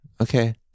okay